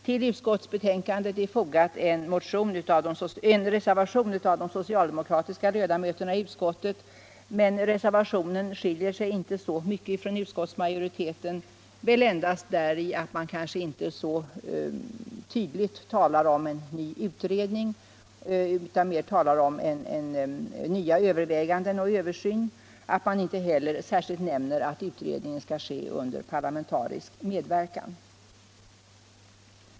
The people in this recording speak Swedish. Till utskottsbetänkandet är fogad en reservation av de socialdemokratiska ledamöterna i utskottet, men reservanternas förslag skiljer sig inte mycket från utskottsmajoritetens, utan väl endast däri, att reservationen kanske inte så tydligt talar om en utredning utan mer om nya överväganden och en översyn och inte heller särskilt nämner att utredningen skall ske under parlementarisk medverkan.